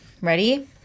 Ready